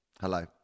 Hello